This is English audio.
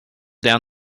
down